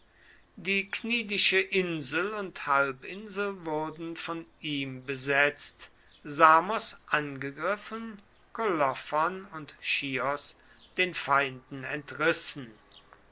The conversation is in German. die knidische insel und halbinsel wurden von ihm besetzt samos angegriffen kolophon und chios den feinden entrissen